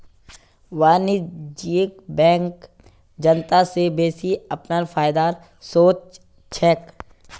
वाणिज्यिक बैंक जनता स बेसि अपनार फायदार सोच छेक